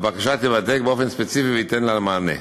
והבקשה תיבדק באופן ספציפי ויינתן לה מענה.